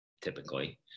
Typically